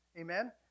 Amen